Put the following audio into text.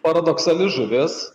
paradoksali žuvis